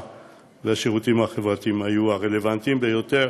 והשירותים החברתיים הם הרלוונטיים ביותר,